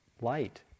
light